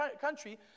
country